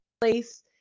place